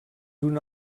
una